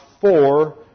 four